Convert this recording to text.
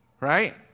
right